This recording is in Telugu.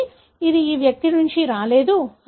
కాబట్టి ఇది ఈ వ్యక్తి నుండి రాలేదు